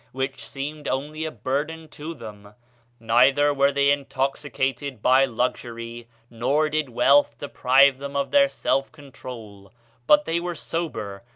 which seemed only a burden to them neither were they intoxicated by luxury nor did wealth deprive them of their self-control but they were sober,